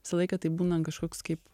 visą laiką tai būna kažkoks kaip